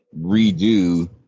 redo